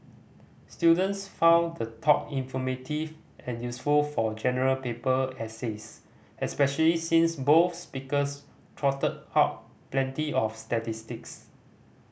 students found the talk informative and useful for General Paper essays especially since both speakers trotted out plenty of statistics